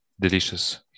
delicious